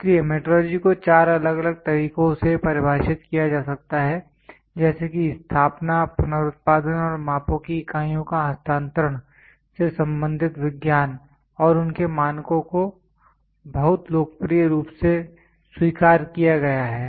इसलिए मेट्रोलॉजी को चार अलग अलग तरीकों से परिभाषित किया जा सकता है जैसे कि स्थापना पुनरुत्पादन और मापो की इकाइयों का हस्तांतरण से संबंधित विज्ञान और उनके मानकों को बहुत लोकप्रिय रूप से स्वीकार किया गया है